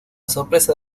sorpresa